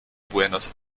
buenos